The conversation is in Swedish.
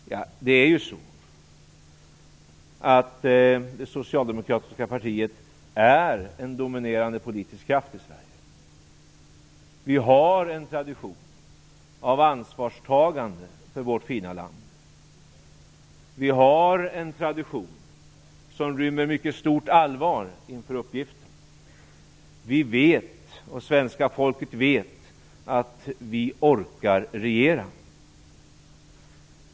Det är ju så att det socialdemokratiska partiet är en dominerande politisk kraft i Sverige. Vi har en tradition av ansvarstagande för vårt fina land. Vi har en tradition som rymmer ett mycket stort allvar inför uppgiften. Vi vet, och svenska folket vet, att vi orkar regera.